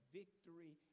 victory